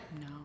No